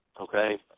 okay